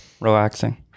relaxing